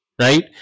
right